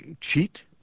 cheat